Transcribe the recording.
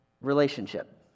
relationship